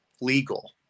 legal